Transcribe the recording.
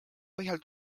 põhjal